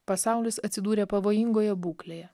pasaulis atsidūrė pavojingoje būklėje